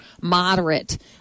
moderate